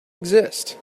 exist